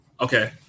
Okay